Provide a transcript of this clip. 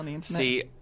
See